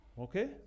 Okay